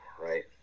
right